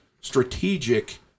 strategic